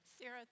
Sarah